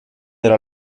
era